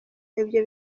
aribyo